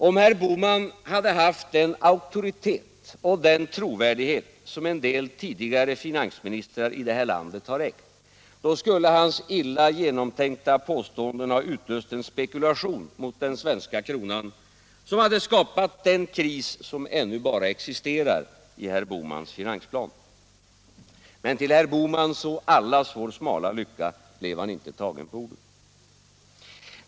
Om herr Bohman hade haft den auktoritet och den trovärdighet som en del tidigare finansministrar i det här landet ägt, skulle hans illa genomtänkta påståenden ha utlöst en spekulation mot den svenska kronan, som hade skapat den kris som ännu bara existerar i herr Bohmans finansplan. Men till herr Bohmans och allas vår smala lycka blev han inte tagen på orden.